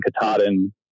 Katahdin